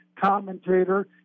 commentator